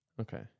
Okay